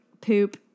poop